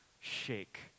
shake